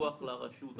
דיווח לרשות.